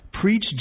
preach